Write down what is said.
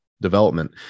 development